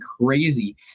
crazy